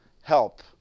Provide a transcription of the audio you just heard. help